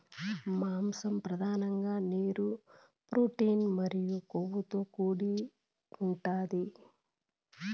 మాంసం పధానంగా నీరు, ప్రోటీన్ మరియు కొవ్వుతో కూడి ఉంటాది